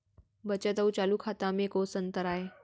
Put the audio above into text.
बचत अऊ चालू खाता में कोस अंतर आय?